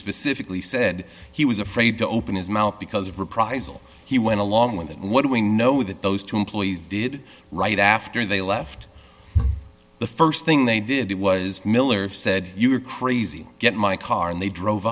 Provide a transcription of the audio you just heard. specifically said he was afraid to open his mouth because of reprisal he went along with what we know that those two employees did right after they left the st thing they did was miller said you were crazy get my car and they drove